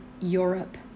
Europe